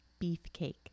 beefcake